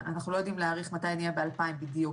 אנחנו לא יודעים להעריך מתי נהיה ב-2,000 בדיוק,